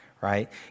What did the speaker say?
Right